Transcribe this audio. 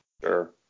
Sure